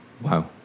Wow